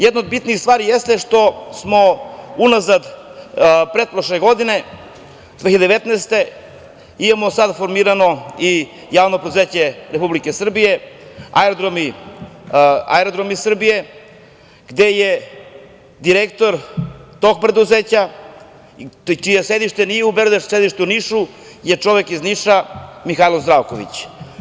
Jedna od bitnih stvari jeste što smo unazad pretprošle godine, 2019. godine, imamo sad formiramo i javno preduzeće Republike Srbije Aerodromi Srbije, gde je direktor tog preduzeća, čije sedište nije u Beogradu, već je sedište u Nišu, je čovek iz Niša, Mihajlo Zdravković.